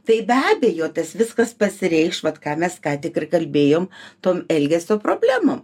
tai be abejo tas viskas pasireikš vat ką mes ką tik ir kalbėjom tom elgesio problemom